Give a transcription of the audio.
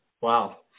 Wow